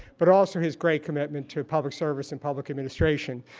but also his great commitment to public service and public administration,